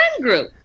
group